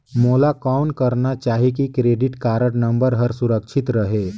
मोला कौन करना चाही की क्रेडिट कारड नम्बर हर सुरक्षित रहे?